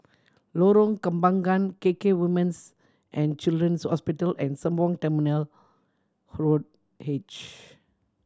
Lorong Kembangan K K Women's And Children's Hospital and Sembawang Terminal Road H